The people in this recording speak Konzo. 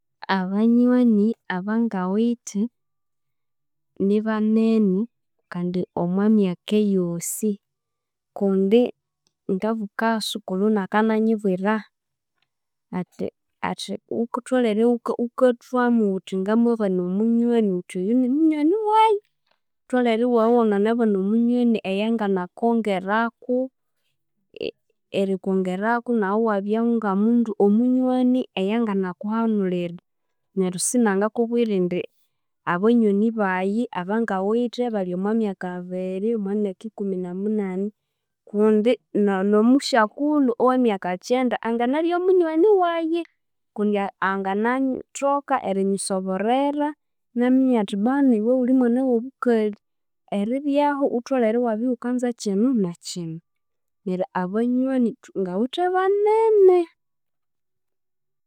Abanywani abangawithe nibanene kandi omo myaka eyosi, kundi ngabuka sukulhu inakananyibwira athi athi wuk- thulhere wukathwamo wuthi ngamabana omunywani wuthi oyu nimunywani wayi, wutholhere iwabya iwanganabana omunywani eyanganakongerako eri erikongerako nawu iwabyaho ng'omundu omunywani eyanganakuhabulira, neryo sinangakubwira indi abanywani bayi abangawithe bali omwa myaka abiri, omwa myaka ikumi namunani kundi n'o n'omusyakulhu ow'e myaka kyenda anganabya munywani wayi, kundi anganyi thoka erinyisoborera inaminya athi bwanu iwe wuli mwana w'obukali, eribyaho wutholhere iwabya iwukanza kino n'akino, neryo abanywani thu, ngawithe banene.